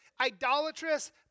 idolatrous